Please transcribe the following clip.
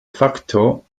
facto